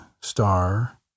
star